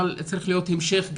אבל צריך להיות גם המשך,